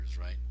right